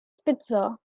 spitzer